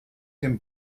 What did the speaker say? dem